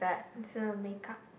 it's a makeup